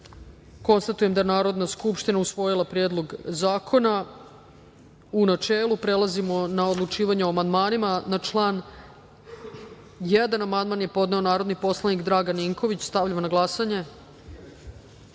poslanica. Konstatujem da je Narodna skupština usvojila Predlog zakona u načelu. Prelazimo na odlučivanje o amandmanima. Na član 1. amandman je podneo narodni poslanik Dragan Ninković. Stavljam na